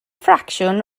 ffracsiwn